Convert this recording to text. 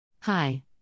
Hi